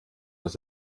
aus